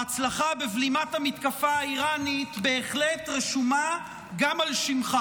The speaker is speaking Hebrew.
ההצלחה בבלימת המתקפה האיראנית בהחלט רשומה גם על שמך,